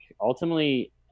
ultimately